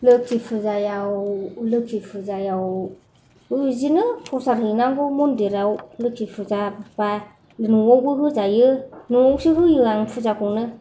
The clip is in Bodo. लोखि फुजायाव लोखि फुजायावबो बिदिनो फ्रसाद हैनांगौ मन्दिराव लोखि फुजाब्ला न'आवबो होजायो न'आवसो होयो आं फुजाखौनो